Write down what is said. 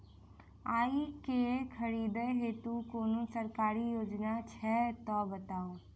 आइ केँ खरीदै हेतु कोनो सरकारी योजना छै तऽ बताउ?